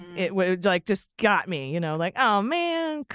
it like just got me. you know, like, oh man,